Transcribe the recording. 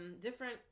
different